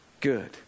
good